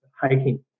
hiking